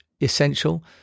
essential